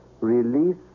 Release